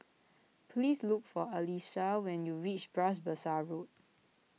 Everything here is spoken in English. please look for Elisha when you reach Bras Basah Road